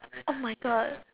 oh my god